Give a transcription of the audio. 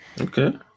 Okay